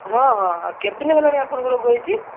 ହଁ ହଁ କେତେ ଦିନ ହେଲାଣି ଆପଣଙ୍କୁ ରୋଗ ହୋଇଛି